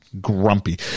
Grumpy